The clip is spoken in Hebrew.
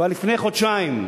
כבר לפני חודשיים,